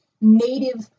native